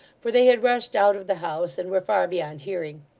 for they had rushed out of the house, and were far beyond hearing.